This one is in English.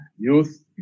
Youth